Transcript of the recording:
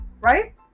right